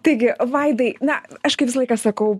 taigi vaidai na aš kaip visą laiką sakau